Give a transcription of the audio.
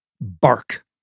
Bark